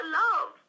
love